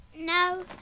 No